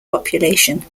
population